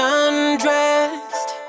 undressed